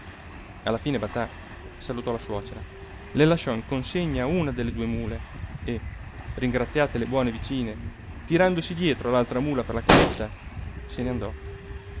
alla fine batà salutò la suocera le lasciò in consegna una delle due mule e ringraziate le buone vicine tirandosi dietro l'altra mula per la cavezza se ne andò